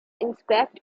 inspect